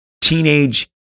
teenage